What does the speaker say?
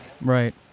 Right